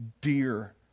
dear